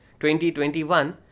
2021